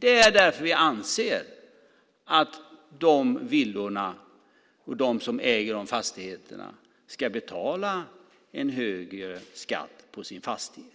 Det har vi sagt därför att vi anser att de som äger de fastigheterna ska betala en högre skatt på sin fastighet